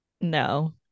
No